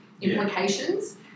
implications